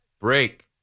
break